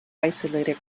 isolated